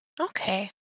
Okay